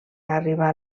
arribar